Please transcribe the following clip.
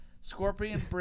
Scorpion